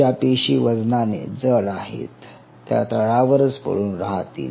ज्या पेशी वजनाने जड आहे त्या तळावरच पडून राहतील